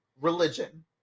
Religion